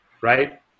right